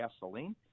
gasoline